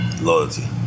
Loyalty